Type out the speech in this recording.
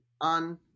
on